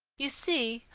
you see,